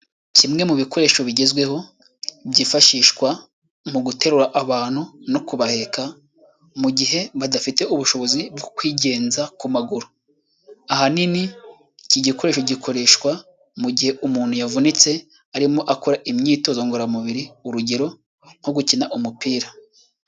Kimwe mu bikoresho bigezweho byifashishwa mu guterura abantu no kubaheka mu gihe badafite ubushobozi bwo kwigenza ku maguru, ahanini iki gikoresho gikoreshwa mu gihe umuntu yavunitse arimo akora imyitozo ngororamubiri urugero nko gukina umupira.